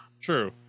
True